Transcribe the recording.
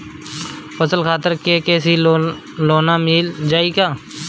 फसल खातिर के.सी.सी लोना मील जाई किना?